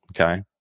okay